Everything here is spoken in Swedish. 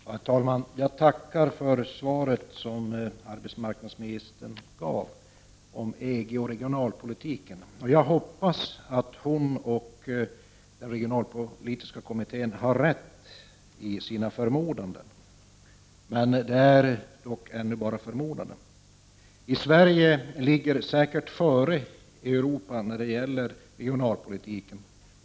Herr talman! Jag tackar för svaret som arbetsmarknadsministern gav om EG och regionalpolitiken. Jag hoppas att hon och den regionalpolitiska kommittén har rätt i sina förmodanden. Det är dock ännu bara förmodanden. Sverige ligger säkert före övriga Europa när det gäller regionalpolitiken.